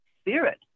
spirit